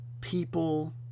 people